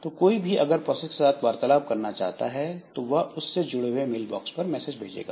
तो कोई भी अगर प्रोसेस के साथ वार्तालाप करना चाहता है तो वह उस से जुड़े हुए मेल बॉक्स पर मैसेज भेजेगा